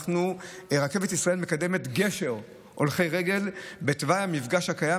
רכבת ישראל מקדמת גשר הולכי רגל בתוואי המפגש הקיים,